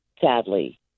sadly